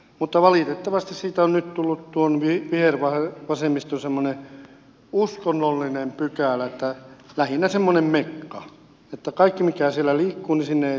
mutta valitettavasti siitä on nyt tullut vihervasemmiston semmoinen uskonnollinen pykälä lähinnä semmoinen mekka että kaikki mikä siellä liikkuu tarkoittaa että sinne ei saa sitten mennä